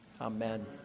Amen